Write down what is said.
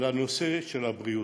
על נושא הבריאות.